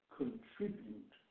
contribute